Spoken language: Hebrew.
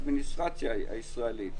האדמיניסטרציה הישראלית.